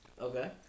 Okay